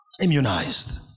Immunized